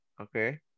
Okay